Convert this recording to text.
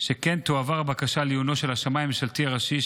שכן תועבר הבקשה לעיונו של השמאי הממשלתי הראשי,